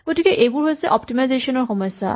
গতিকে এইবোৰ হৈছে অপ্তিমাইজেচন ৰ সমস্যা